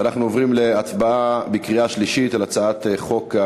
ואנחנו עוברים להצבעה בקריאה שלישית על הצעת חוק,